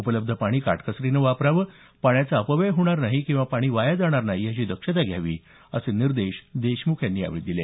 उपलब्ध पाणी काटकसरीने वापरलं जावं पाण्याचा अपव्यय होणार नाही किंवा पाणी वाया जाणार नाही याची दक्षता घ्यावी असे निर्देश देशमुख यांनी यावेळी दिले